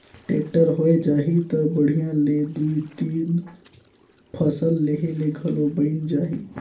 tractor होए जाही त बड़िहा ले दुइ तीन फसल लेहे ले घलो बइन जाही